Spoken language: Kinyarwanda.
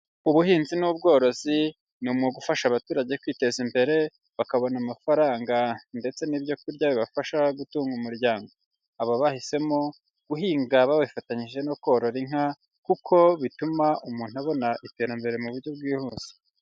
Ubuhinzi n'ubworozi, ni umwuga ufasha abaturage kwiteza imbere, bakabona amafaranga ndetse n'ibyokurya bibafasha gutunga umuryango, aba bahisemo guhinga babifatanyije no korora inka, kuko bituma umuntu abona iterambere mu buryo bwihuse.